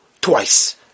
twice